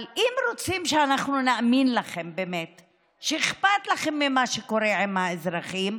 אם אתם רוצים שאנחנו נאמין לכם שאכפת לכם ממה שקורה עם האזרחים,